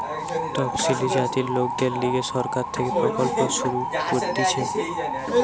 তপসিলি জাতির লোকদের লিগে সরকার থেকে প্রকল্প শুরু করতিছে